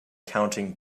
counting